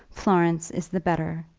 florence is the better.